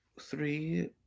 three